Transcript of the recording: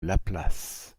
laplace